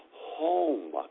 home